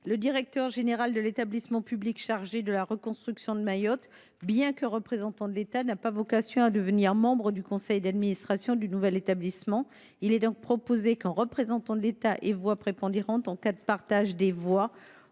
Le directeur général de l’établissement public chargé de la reconstruction de Mayotte, bien que représentant de l’État, n’a pas vocation à devenir membre du conseil d’administration de ce nouvel établissement. Cet amendement vise donc à indiquer qu’« un représentant de l’État » aura voix prépondérante en cas de partage des voix